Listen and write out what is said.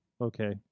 okay